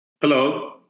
Hello